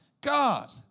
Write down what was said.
God